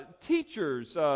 teachers